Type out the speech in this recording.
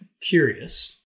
curious